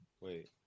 Wait